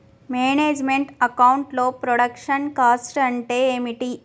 Manage meant account లో production cost అంటే ఏమిటి?